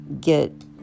get